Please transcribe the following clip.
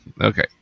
Okay